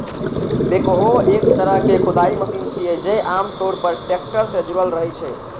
backhoe एक तरहक खुदाइ मशीन छियै, जे आम तौर पर टैक्टर सं जुड़ल रहै छै